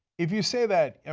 if you say that, and